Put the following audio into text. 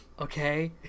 Okay